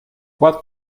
what